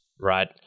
right